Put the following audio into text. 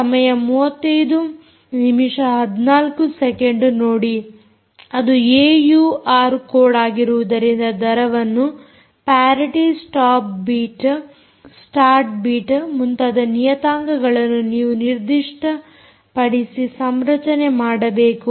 ಸಮಯ ನೋಡಿ 3514 ಅದು ಏಯೂಆರ್ ಕೋಡ್ ಆಗಿರುವುದರಿಂದ ದರವನ್ನು parity stop bit start bit ಮುಂತಾದ ನಿಯತಾಂಕಗಳನ್ನು ನೀವು ನಿರ್ದಿಷ್ಟ ಪಡಿಸಿ ಸಂರಚನೆ ಮಾಡಬೇಕು